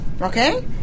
Okay